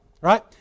right